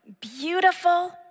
beautiful